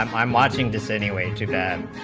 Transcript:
um watching this any way too bad,